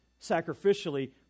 sacrificially